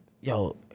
Yo